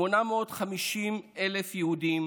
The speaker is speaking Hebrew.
850,000 יהודים